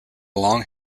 long